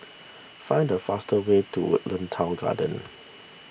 find the fastest way to Woodlands Town Garden